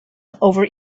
over